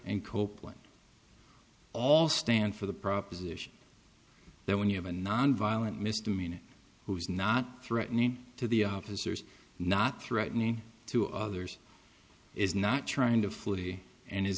and copeland all stand for the proposition that when you have a nonviolent misdemeanor who is not threatening to the officers not threatening to others is not trying to flee and is